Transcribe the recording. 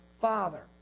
Father